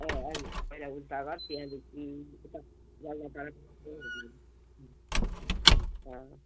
ए अँ पहिला उल्टा घर त्याँदेखि यता जलढका अँ